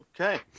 Okay